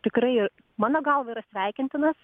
tikrai mano galva yra sveikintinas